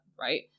right